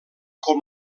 com